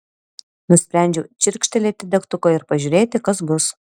nusprendžiau čirkštelėti degtuką ir pažiūrėti kas bus